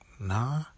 nah